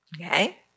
Okay